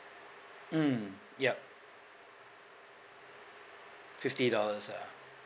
mm yup fifty dollars ah